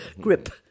grip